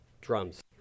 drums